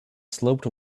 sloped